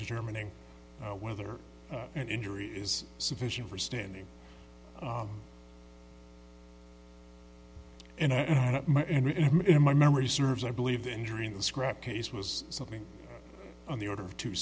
determining whether an injury is sufficient for standing and in my memory serves i believe injuring the scrap case was something on the order of two